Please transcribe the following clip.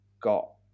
got